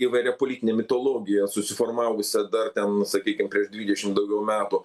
įvairia politine mitologija susiformavusia dar ten sakykim prieš dvidešim daugiau metų